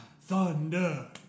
Thunder